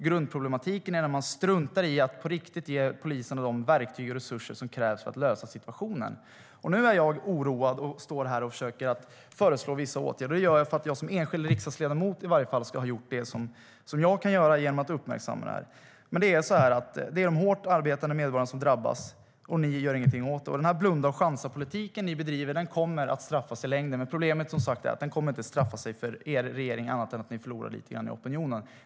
Grundproblematiken är när man struntar i att på riktigt ge polisen de verktyg och resurser som krävs för att lösa situationen. Nu är jag oroad och står här och försöker föreslå vissa åtgärder. Det gör jag eftersom jag som enskild riksdagsledamot i varje fall ska ha gjort det jag kan genom att uppmärksamma det här. Det är de hårt arbetande medborgarna som drabbas, och ni gör ingenting åt det. Den blunda-och-chansa-politik som ni bedriver kommer att straffa sig i längden. Men problemet är som sagt att den inte kommer att straffa er i regeringen, annat än att ni förlorar lite i opinionen.